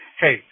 hey